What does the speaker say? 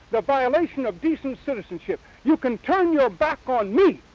the violation of decent citizenship. you can turn your back on me,